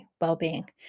well-being